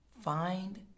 Find